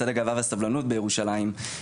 מצעד הגאווה והסבלנות בירושלים.